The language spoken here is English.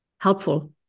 helpful